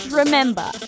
remember